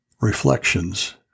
Reflections